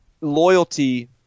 loyalty